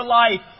life